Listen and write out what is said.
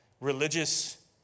religious